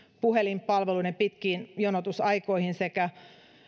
puhelinpalveluiden pitkiin jonotusaikoihin sekä